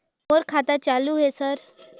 मोर खाता चालु हे सर?